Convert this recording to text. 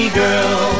girl